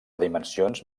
dimensions